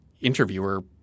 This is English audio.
interviewer